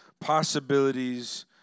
possibilities